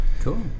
Cool